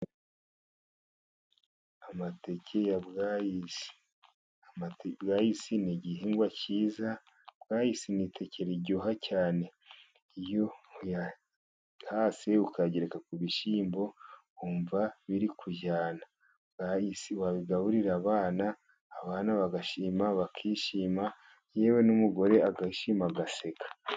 Amateke ya bwayisi. Bwayisi ni igihingwa cyiza, bwayisi ni iteke riryoha cyane. Iyo uyahase ukayagereka ku bishyimbo, wumva biri kujyana. Bwayisi wabigaburira abana, abana bagashima bakishima, yewe n'umugore agashima agaseka.